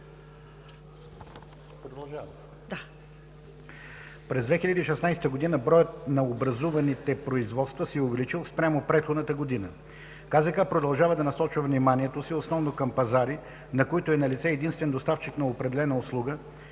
„През 2016 г., броят на образуваните производства се е увеличил, спрямо предходната година. КЗК продължава да насочва вниманието си основно към пазари, на които е налице единствен доставчик на определена услуга,